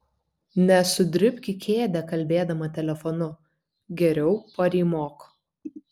nesudribk į kėdę kalbėdama telefonu geriau parymok